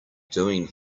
doing